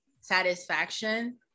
satisfaction